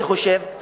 אני חושב,